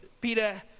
Peter